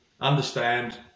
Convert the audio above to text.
understand